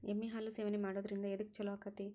ಎಮ್ಮಿ ಹಾಲು ಸೇವನೆ ಮಾಡೋದ್ರಿಂದ ಎದ್ಕ ಛಲೋ ಆಕ್ಕೆತಿ?